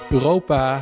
Europa